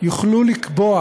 יוכלו לקבוע